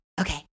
Okay